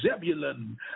Zebulun